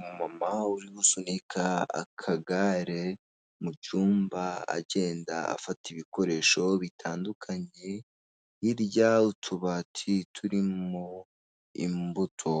Umumama uri gusunika akagare mu cyumba agenda afata ibikoresho bitandukanye, hirya utubati turimo imbuto,